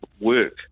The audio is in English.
work